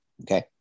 okay